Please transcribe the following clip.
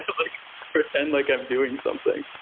like pretend like i'm doing something?